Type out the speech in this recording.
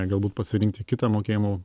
galbūt pasirinkti kitą mokėjimo